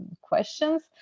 questions